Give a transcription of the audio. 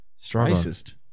racist